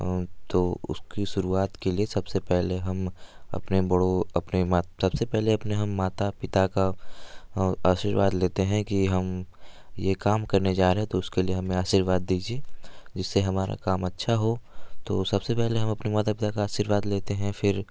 तो उसकी शुरुआत के लिए सबसे पहले हम अपने बड़ो अपने माता सबसे पहले अपने हम माता पिता का आशीर्वाद लेते हैं कि हम ये काम करने जा रहे हैं तो उसके लिए हमें आशीर्वाद दीजिए जिससे हमारा काम अच्छा हो तो सबसे पहले हम अपने माता पिता का आशीर्वाद लेते हैं फिर